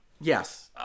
yes